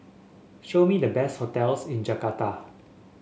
show me the best hotels in Jakarta